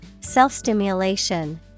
Self-stimulation